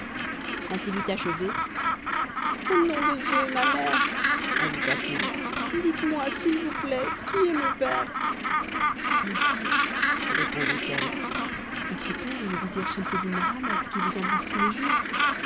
quand il eut achevé au nom de dieu ma mère ajoutat il dites-moi s'il vous plaît qui est mon père mon fils répondit-elle votre père est le vizir schemseddin mohammed qui vous embrasse tous les jours